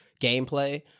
gameplay